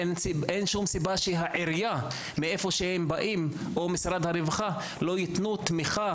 אין שום סיבה שהעירייה ממנה הם באים או משרד הרווחה לא יתנו תמיכה,